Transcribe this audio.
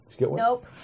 Nope